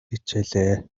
хичээлээ